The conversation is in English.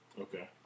Okay